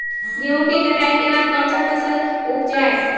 गेंहू के कटाई के बाद कौन सा फसल उप जाए?